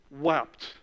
wept